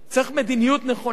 צריך מדיניות נכונה.